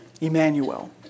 Emmanuel